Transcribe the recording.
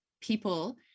people